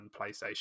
PlayStation